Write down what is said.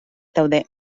daude